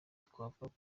twavuga